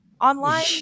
online